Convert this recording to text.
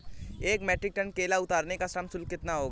एक metric tonne केला उतारने का श्रम शुल्क कितना होगा?